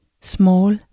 small